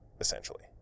Essentially